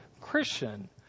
Christian